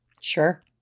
Sure